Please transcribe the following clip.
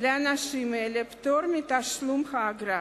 לאנשים האלה פטור מתשלום האגרה.